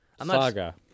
Saga